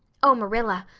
oh, marilla,